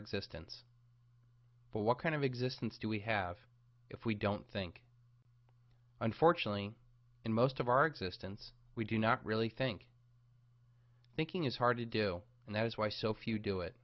existence but what kind of existence do we have if we don't think unfortunately in most of our existence we do not really think thinking is hard to do and that is why so few do it